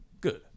Good